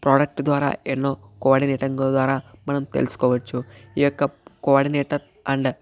product ద్వారా ఎన్నో కోఆర్డినేటర్ల ద్వారా మనం తెలుసుకోవచ్చు ఈ యొక్క కోఆర్డినేటర్ అండ్